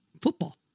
Football